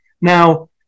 Now